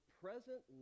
present